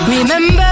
Remember